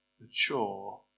mature